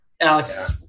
Alex